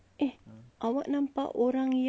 awak nampak orang yang